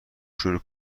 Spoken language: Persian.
شروع